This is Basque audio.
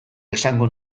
esango